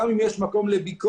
גם אם יש מקום לביקורת,